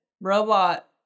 robot